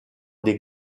des